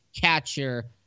catcher